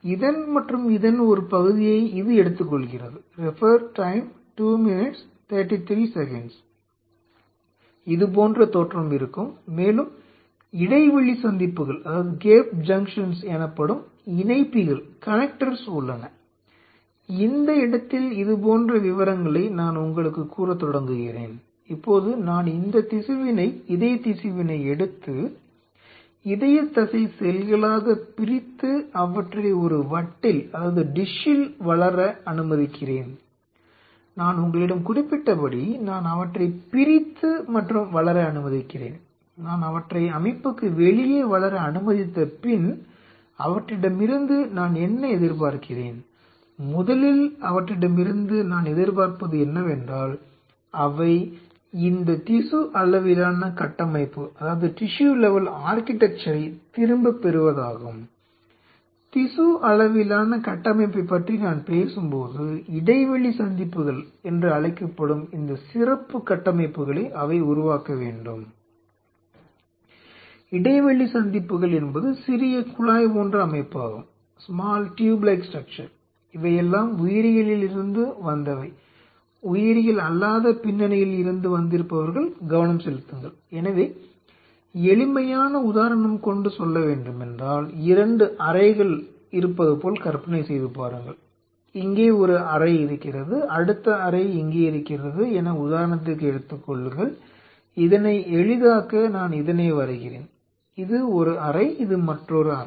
எனவே இதன் மற்றும் இதன் ஒரு பகுதியை இது எடுத்துக்கொள்கிறது இருப்பது போல் கற்பனை செய்து பாருங்கள் இங்கே ஒரு அறை இருக்கிறது அடுத்த அறை இங்கே இருக்கிறது என உதாரணத்திற்கு எடுத்துக்கொள்ளுங்கள் இதனை எளிதாக்க நான் இதனை வரைகிறேன் இது ஒரு அறை இது மற்றொரு அறை